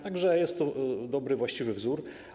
Tak że jest to dobry, właściwy wzór.